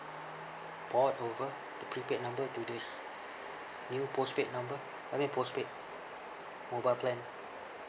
port over the prepaid number to this new postpaid number I mean postpaid mobile plan